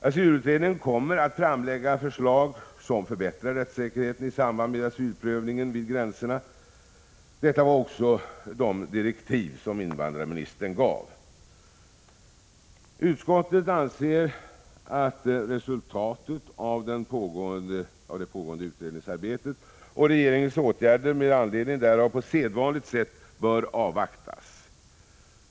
Asylutredaren kommer att framlägga förslag som förbättrar rättssäkerheten i samband med asylprövningen vid gränserna. Detta överensstämmer också med de direktiv som invandrarministern gav. Utskottet anser att resultatet av det pågående utredningsarbetet och regeringens åtgärder med anledning därav på sedvanligt sätt bör avvaktas.